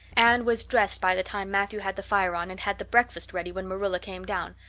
anne was dressed by the time matthew had the fire on and had the breakfast ready when marilla came down,